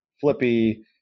flippy